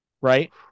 right